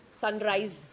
sunrise